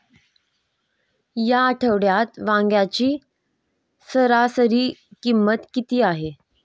या आठवड्यात वांग्याची सरासरी किंमत किती आहे?